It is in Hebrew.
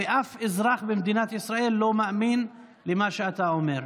ואף אזרח במדינת ישראל לא מאמין למה שאתה אומר.